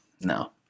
no